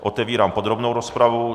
Otevírám podrobnou rozpravu.